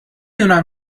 دونم